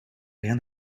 rien